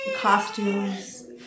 costumes